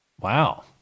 wow